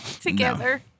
together